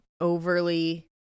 overly